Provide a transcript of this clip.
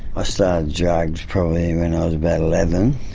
ah start drugs probably when i was about eleven,